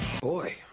Boy